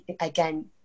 again